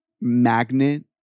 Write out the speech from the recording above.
magnet